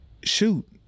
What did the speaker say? shoot